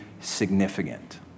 significant